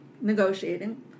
negotiating